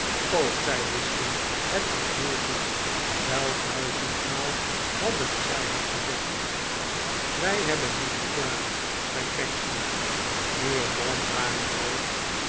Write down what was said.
zij wisten het nog heel goed wel duizendmaal hadden zij het gezegd wij hebben niet geklaagd zei pecksniff nu en dan waren wij